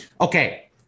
okay